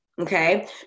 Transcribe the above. Okay